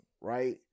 right